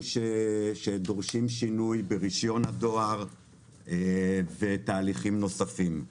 שדורשים שינוי ברישיון הדואר ותהליכים נוספים.